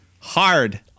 Hard